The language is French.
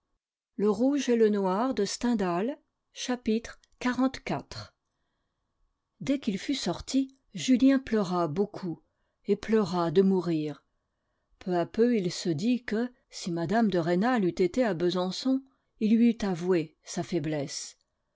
chapitre xliv dès qu'il fut sorti julien pleura beaucoup et pleura de mourir peu à peu il se dit que si mme de rênal eût été à besançon il lui eût avoué sa faiblesse